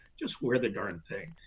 just wear the darn thing.